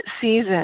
season